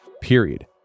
period